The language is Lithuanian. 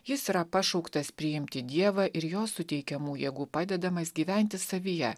jis yra pašauktas priimti dievą ir jo suteikiamų jėgų padedamas gyventi savyje